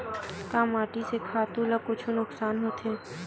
का माटी से खातु ला कुछु नुकसान होथे?